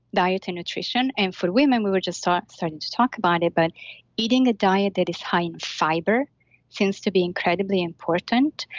diet and nutrition. and for women, we were just starting to talk about it, but eating a diet that is high in fiber seems to be incredibly important,